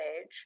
age